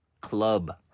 club